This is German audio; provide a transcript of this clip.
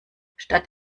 statt